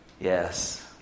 yes